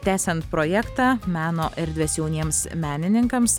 tęsiant projektą meno erdvės jauniems menininkams